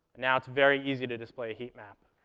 now, it's very easy to display a heat map.